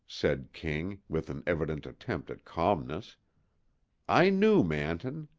said king, with an evident attempt at calmness i knew manton.